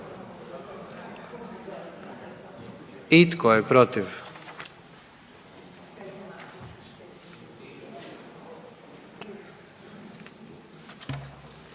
I tko je protiv?